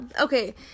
okay